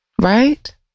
right